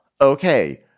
Okay